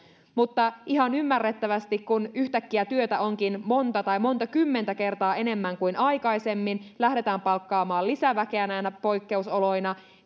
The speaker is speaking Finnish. mutta ihan ymmärrettävästi kun yhtäkkiä työtä onkin monta tai monta kymmentä kertaa enemmän kuin aikaisemmin ja lähdetään palkkaamaan lisäväkeä näinä poikkeusoloina